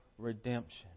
Redemption